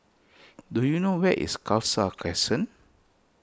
do you know where is Khalsa Crescent